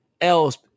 else